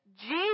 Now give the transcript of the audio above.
Jesus